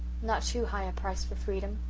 not too high a price for freedom,